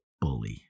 bully